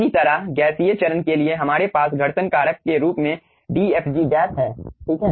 इसी तरह गैसीय चरण के लिए हमारे पास घर्षण कारक के रूप में dFg डैश है ठीक है